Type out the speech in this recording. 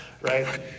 right